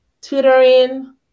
tutoring